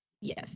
Yes